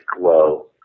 glow